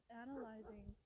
analyzing